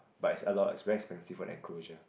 but it's a lot it's very expensive for that enclosure